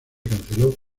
canceló